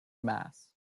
mass